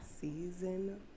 season